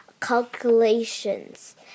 calculations